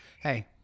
Hey